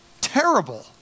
terrible